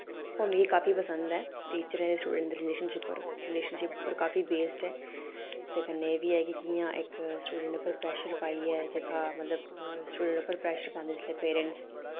ओह् मिकी काफी पसंद ऐ टीचरें ते स्टूडेंट दे रिलेशनशिप उप्पर रिलेशनशिप उप्पर काफी बेस्ड ऐ ते कन्नै एह् बी है कि कि'यां इक स्टूडेंट उप्पर प्रैशर पाइयै जेह्का मतलब स्टूडेंट उप्पर प्रैशर पांदे जिसलै पेरेंट्स